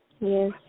Yes